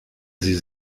sie